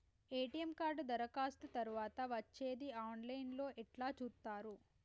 ATM card దరఖాస్తు తరువాత వచ్చేది ఆన్ లైన్ లో ఎట్ల చూత్తరు?